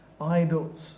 idols